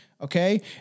Okay